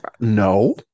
No